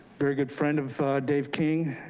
very good friend of dave king.